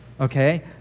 Okay